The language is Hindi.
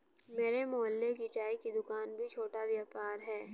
मेरे मोहल्ले की चाय की दूकान भी छोटा व्यापार है